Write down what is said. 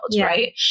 Right